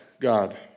God